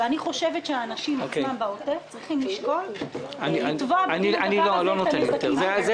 אני חושבת שהאנשים בעוטף עזה צריכים לשקול לתבוע בגין הדבר הזה את